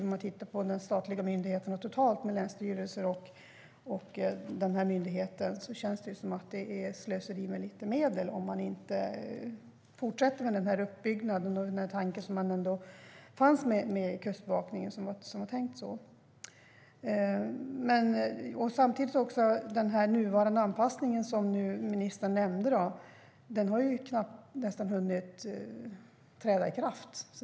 Om man tittar på de statliga myndigheterna totalt, med länsstyrelser och den här myndigheten, känns det utifrån ett finansiellt perspektiv som att det är slöseri med medel om man inte fortsätter med den här uppbyggnaden och den tanke som fanns med Kustbevakningen. Den nuvarande anpassningen, som ministern nämnde, har knappt hunnit träda i kraft.